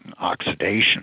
oxidation